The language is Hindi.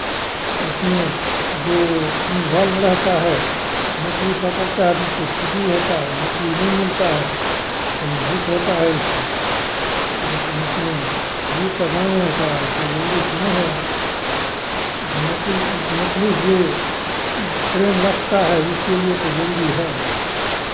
इसमें जो इनभॉल्व रहता है मछली पकड़ता है तो उसको खुशी होता है मछली नहीं मिलता है तनि दुःख होता है उसको लेकिन इसमें गीत गाने का कोई जरूरी तो नहीं है लेकिन मकड़ी मछली जे प्रेम रखता है उसके लिए तो जरूरी है